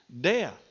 death